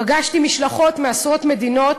פגשתי משלחות מעשרות מדינות,